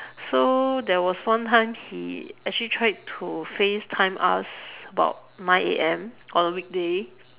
so there was one time he actually tried to FaceTime us about nine A_M on a weekday